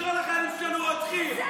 אי-אפשר לקרוא לחיילים שלנו "רוצחים".